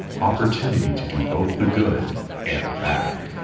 opportunity to do both the good and the bad,